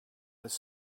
with